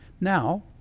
now